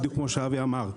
בדיוק כמו שאבי אמר.